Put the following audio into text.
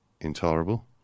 intolerable